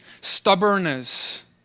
stubbornness